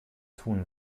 tun